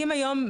נכון.